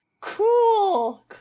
Cool